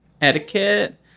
Etiquette